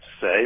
say